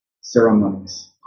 ceremonies